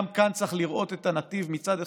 גם כאן צריך לראות את הנתיב: מצד אחד,